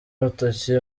urutoki